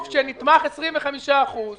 אם הוא עבד בעסק המשפחתי לפני הקורונה,